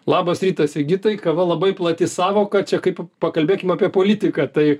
labas rytas sigitai kava labai plati sąvoka čia kaip pakalbėkim apie politiką tai